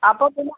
അപ്പോൾ പിന്നെ